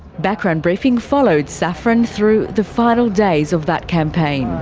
background briefing followed saffron through the final days of that campaign.